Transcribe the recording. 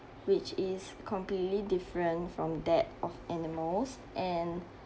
which is completely different from that of animals and